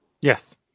Yes